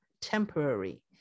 temporary